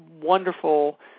wonderful